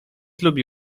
lubi